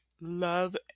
love